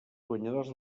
guanyadors